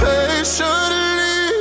Patiently